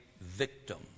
victim